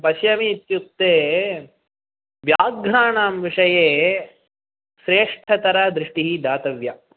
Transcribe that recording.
पश्यामि इत्युक्ते व्याघ्राणां विषये श्रेष्ठतरा दृष्टिः दातव्या